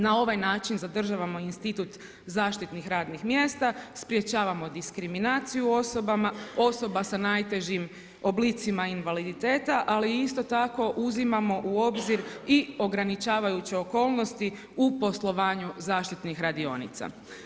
Na ovaj način zadržavamo institut zaštitnih radnih mjesta, sprječavamo diskriminaciju osoba sa najtežim oblicima invaliditeta ali isto tako uzimamo u obzir i ograničavajuće okolnosti u poslovanju zaštitnih radionica.